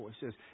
voices